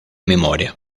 memoria